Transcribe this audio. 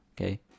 okay